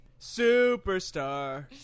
Superstar